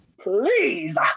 Please